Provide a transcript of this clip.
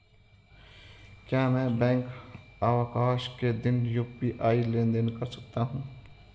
क्या मैं बैंक अवकाश के दिन यू.पी.आई लेनदेन कर सकता हूँ?